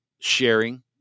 sharing